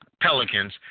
Pelicans